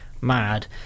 mad